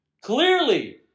Clearly